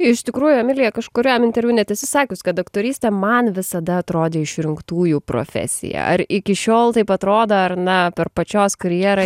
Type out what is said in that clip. iš tikrųjų emilija kažkuriam interviu net esi sakius kad aktorystė man visada atrodė išrinktųjų profesija ar iki šiol taip atrodo ar na per pačios karjerą